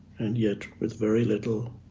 and yet with very little